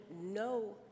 no